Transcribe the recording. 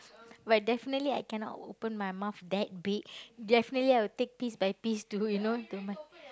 but definitely I cannot open my mouth that big definitely I would take piece by piece to you know to my